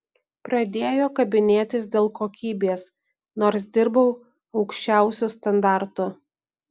pradėjo kabinėtis dėl kokybės nors dirbau aukščiausiu standartu